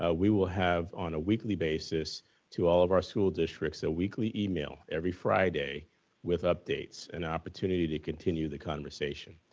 ah we will have on a weekly basis to all of our school districts, a weekly email every friday with updates, an opportunity to continue the conversation.